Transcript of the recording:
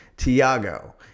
Tiago